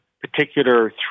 particular